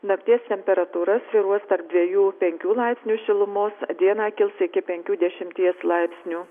nakties temperatūra svyruos tarp dviejų penkių laipsnių šilumos dieną kils iki penkių dešimties laipsnių